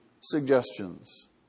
suggestions